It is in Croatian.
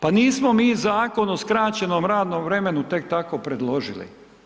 Pa nismo mi Zakon o skraćenom radnom vremenu tek tako predložili.